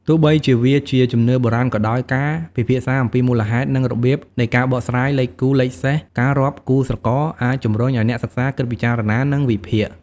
ទោះបីជាវាជាជំនឿបុរាណក៏ដោយ ការពិភាក្សាអំពីមូលហេតុ និងរបៀបនៃការបកស្រាយ លេខគូ លេខសេស ការរាប់គូស្រករ អាចជំរុញឲ្យអ្នកសិក្សាគិតពិចារណា និងវិភាគ។